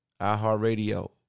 iHeartRadio